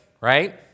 right